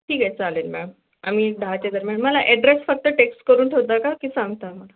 ठीक आहे चालेल मॅम आम्ही दहाच्या दरम्यान मला ॲड्रेस फक्त टेक्स्ट करून ठेवता का की सांगता मला